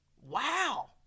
Wow